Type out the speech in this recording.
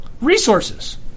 Resources